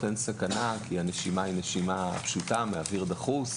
כי הנשימה היא נשימה פשוטה מאוויר דחוס,